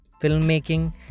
filmmaking